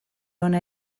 ona